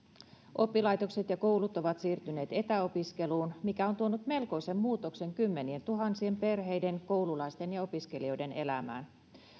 oppilaitokset ja koulut ovat siirtyneet etäopiskeluun mikä on tuonut melkoisen muutoksen kymmenientuhansien perheiden koululaisten ja opiskelijoiden elämään